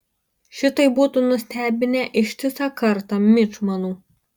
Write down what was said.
šitai būtų nustebinę ištisą kartą mičmanų